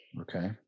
Okay